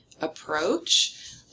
approach